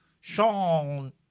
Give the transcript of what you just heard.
Sean